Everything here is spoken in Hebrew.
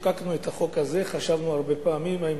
חבר הכנסת אברהם מיכאלי,